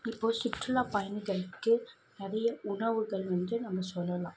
இப்போது சுற்றுலா பயணிகளுக்கு அதிக உணவுகள் வந்து நம்ம சொல்லலாம்